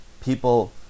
people